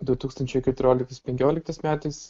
du tūkstančiai keturioliktais penkioliktais metais